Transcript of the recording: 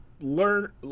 learn